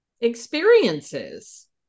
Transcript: experiences